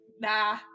nah